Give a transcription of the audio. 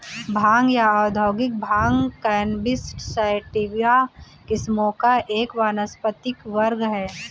भांग या औद्योगिक भांग कैनबिस सैटिवा किस्मों का एक वानस्पतिक वर्ग है